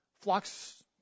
flocks